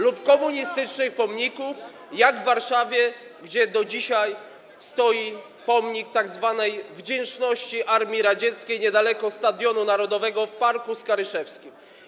lub komunistycznych pomników, jak w Warszawie, gdzie do dzisiaj stoi pomnik tzw. wdzięczności dla Armii Radzieckiej niedaleko Stadionu Narodowego, w parku Skaryszewskim.